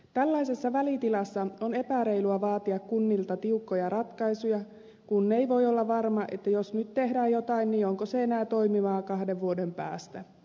tällaisessa välitilassa on epäreilua vaatia kunnilta tiukkoja ratkaisuja kun ei voi olla varma että jos nyt tehdään jotain niin onko se enää toimivaa kahden vuoden päästä